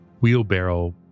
wheelbarrow